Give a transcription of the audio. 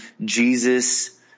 Jesus